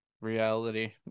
reality